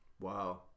wow